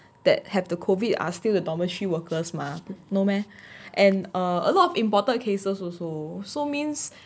that have the COVID are still the dormitory workers mah no meh and err a lot of imported cases also so means